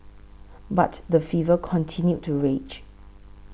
but the fever continued to rage